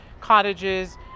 cottages